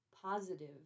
positive